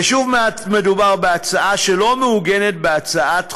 ושוב, מדובר בהצעה שלא מעוגנת בהצעת חוק,